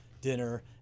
dinner